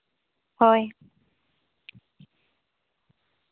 ᱦᱳᱭ